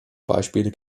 beispiele